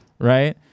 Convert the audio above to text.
Right